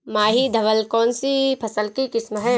माही धवल कौनसी फसल की किस्म है?